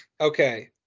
Okay